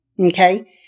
Okay